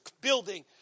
building